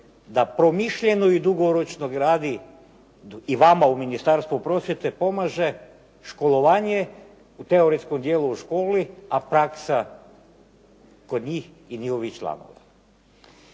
da promišljeno i dugoročno gradi i vama u Ministarstvu prosvjete pomaže školovanje u teoretskom dijelu u školi, a praksa kod njih i njihovih članova.